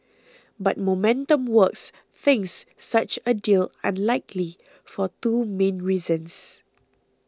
but Momentum Works thinks such a deal unlikely for two main reasons